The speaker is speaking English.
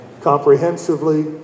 comprehensively